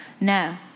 No